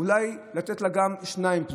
אולי לתת לה גם שניים פלוס,